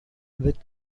with